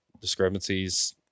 discrepancies